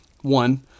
One